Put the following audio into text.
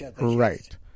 Right